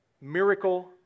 Miracle